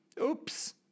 Oops